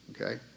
Okay